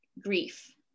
grief